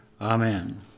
amen